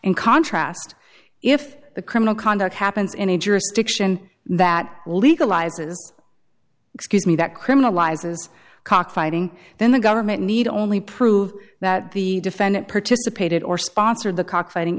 in contrast if the criminal conduct happens in a jurisdiction that legalizes excuse me that criminalizes cockfighting then the government need only prove that the defendant participated or sponsored the cockfighting